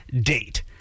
date